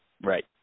right